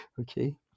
Okay